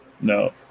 No